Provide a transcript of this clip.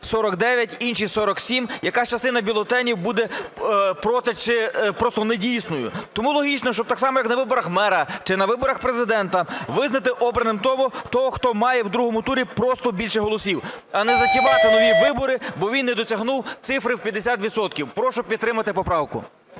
49, інші – 47, якась частина бюлетенів буде "проти" чи просто недійсною. Тому логічно, щоб так само, як на виборах мера чи на виборах Президента, визнати обраним того, хто має в другому турі просто більше голосів, а не затівати нові вибори, бо він не досягнув цифри в 50 відсотків. Прошу підтримати поправку.